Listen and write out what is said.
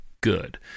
good